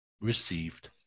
received